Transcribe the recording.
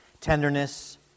tenderness